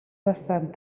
bastant